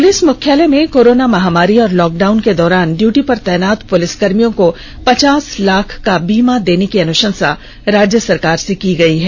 police मुख्यालय ने corona महामारी और लॉकडाउन के दौरान ड्यूटी पर तैनात पुलिसकर्मियों को पचास लाख का बीमा देने की अनुषंसा राज्य सरकार से की है